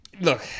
Look